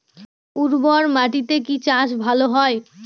উর্বর মাটিতে কি চাষ ভালো হয়?